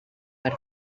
per